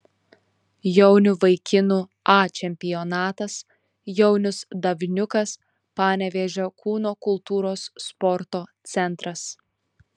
jaunių vaikinų a čempionatas jaunius davniukas panevėžio kūno kultūros sporto centras